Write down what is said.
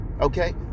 Okay